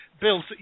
Bill